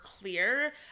clear